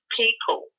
people